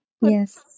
Yes